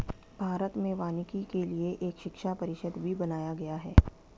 भारत में वानिकी के लिए एक शिक्षा परिषद भी बनाया गया है